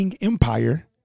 empire